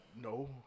No